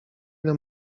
ile